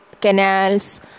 canals